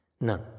None